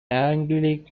anglican